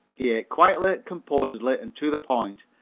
he ate quietly, composedly and to the point,